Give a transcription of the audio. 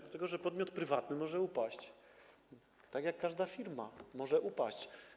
Dlatego że podmiot prywatny może upaść, tak jak każda firma może on upaść.